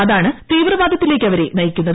അതാണ് തീവ്രവാദത്തിലേക്ക് അവരെ നയിക്കുന്നത്